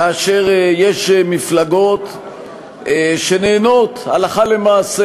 כאשר יש מפלגות שנהנות הלכה למעשה,